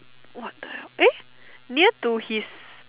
what the hell eh near to his